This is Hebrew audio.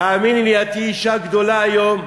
תאמיני לי, את תהיי אישה גדולה היום,